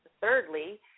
thirdly